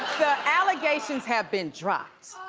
the allegations have been dropped.